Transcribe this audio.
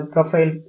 Profile